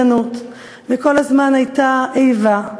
כל הזמן הייתה חשדנות וכל הזמן הייתה איבה,